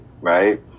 Right